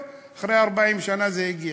ואחרי 40 שנה זה הגיע.